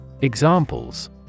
Examples